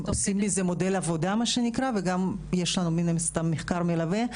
עושים מזה מודל עבודה מה שנקרא וגם יש לנו מן הסתם מחקר מלווה.